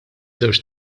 żewġ